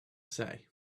say